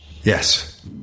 Yes